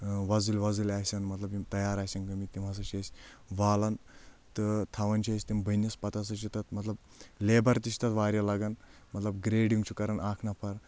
ۄزٕلۍ ۄزٕلۍ آسن مطلب یِم تَیار آسن گٔمٕتۍ تِم ہَسا چھِ أسۍ والان تہٕ تھاوان چھِ أسۍ تِم بٔنِس پَتہٕ ہسا چھِ تَتھ مطلب لیبر تہِ چھِ تَتھ واریاہ لگان مطلب گریڈِنٛگ چھُ کران اکھ نفر